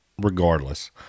regardless